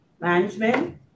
management